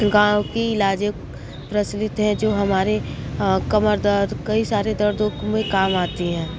गाँव की इलाजें प्रचलित हैं जो हमारे कमर दर्द कई सारे दर्दों में काम आती हैं